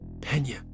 Pena